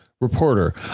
reporter